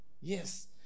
Yes